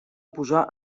posar